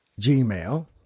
gmail